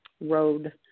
road